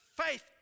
faith